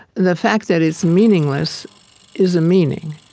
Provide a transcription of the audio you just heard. the fact that it's meaningless is a meaning,